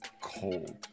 cold